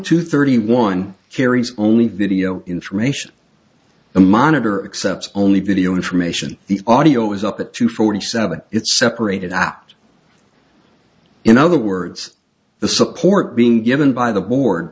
to thirty one carries only video information the monitor accepts only video information the audio is up at two forty seven it separated out in other words the support being given by the board